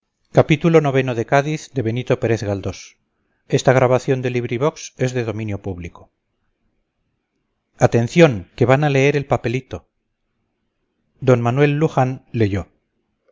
ix atención que van a leer el papelito d manuel luxán leyó